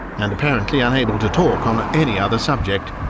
and apparently unable to talk on any other subject,